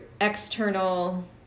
external